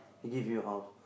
he give you house